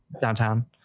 Downtown